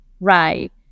right